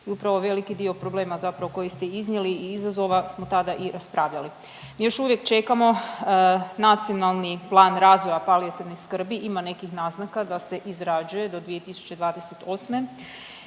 i upravo veliki dio problema zapravo koji ste iznijeli i izazova smo tada i raspravljali i još uvijek čekamo Nacionalni plan razvoja palijativne skrbi, ima nekih naznaka da se izrađuje do 2028..